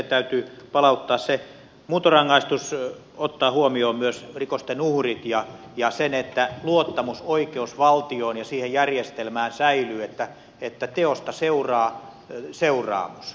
täytyy palauttaa se muuntorangaistus ottaa huomioon myös rikosten uhrit ja se että luottamus oikeusvaltioon ja siihen järjestelmään säilyy että teosta seuraa seuraamus